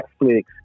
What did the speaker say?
Netflix